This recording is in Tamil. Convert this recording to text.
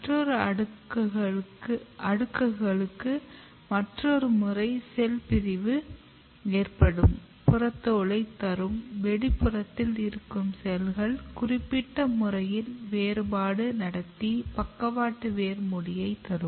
மற்ற அடுக்குகளுக்கு மற்றொருமுறை செல் பிரிவு ஏற்பட்டு புறத்தோலை தரும் வெளிப்புறத்தில் இருக்கும் செல்கள் குறிப்பிட்ட முறையில் வேறுபாடு நடத்தி பக்கவாட்டு வேர் மூடியை தரும்